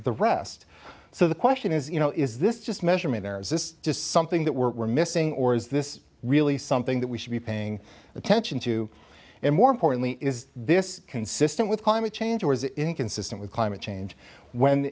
the rest so the question is you know is this just measurement there or is this just something that we're missing or is this really something that we should be paying attention to and more importantly is this consistent with climate change or is it inconsistent with climate change when